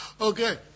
Okay